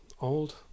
old